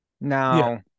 Now